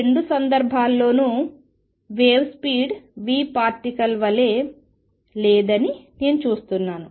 రెండు సందర్భాల్లోనూ wave speed vparticle వలె లేదని నేను చూస్తున్నాను